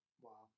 Wow